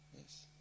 Yes